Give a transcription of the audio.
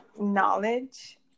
knowledge